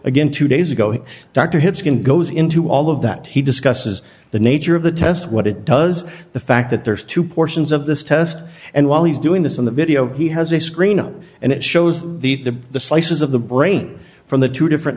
again two days ago dr hitz can goes into all of that he discusses the nature of the test what it does the fact that there's two portions of this test and while he's doing this in the video he has a screen and it shows the slices of the brain from the two different